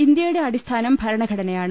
ഇന്തൃയുടെ അടിസ്ഥാനം ഭരണഘടനയാണ്